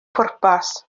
pwrpas